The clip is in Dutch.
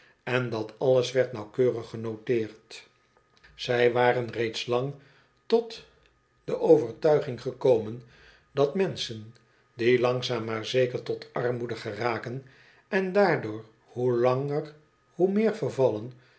en dat alles werd nauwkeurig genoteerd zij waren reeds lang tot de overtui ging gekomen dat menschen die langzaam maar zeker tot armoede geraken on daardoor hoe langer hoe meer vervallen